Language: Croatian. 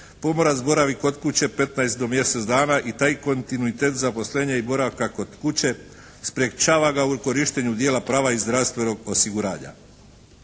Pomorac boravi kod kuće 15 do mjesec dana i taj kontinuitet zaposlenja i boravka kod kuće sprečava ga u korištenju dijela prava iz zdravstvenog osiguranja.